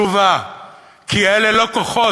שב-1949 היא שלחה להיות מגן.